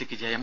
സിക്ക് ജയം